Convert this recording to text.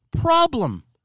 problem